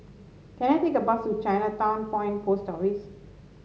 can I take a bus to Chinatown Point Post Office